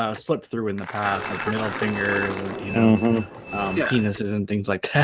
ah slipped through in the past like middle fingers and you know yeah penises and things like yeah